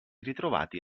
ritrovati